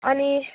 अनि